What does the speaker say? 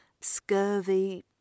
scurvy